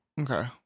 Okay